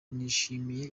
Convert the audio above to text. nishimiye